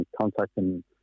contacting